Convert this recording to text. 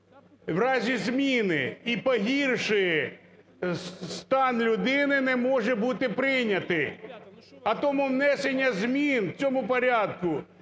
в разі зміни і погіршує стан людини, не може бути прийнятий. А тому внесення змін в цьому порядку,